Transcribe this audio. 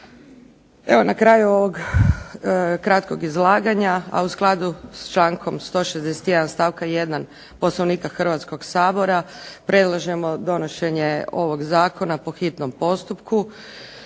Evo na kraju ovog kratkog izlaganja, a u skladu s člankom 161. stavka 1. Poslovnika Hrvatskog sabora predlažemo donošenje ovog zakona po hitnom postupku